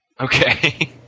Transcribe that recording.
okay